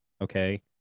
okay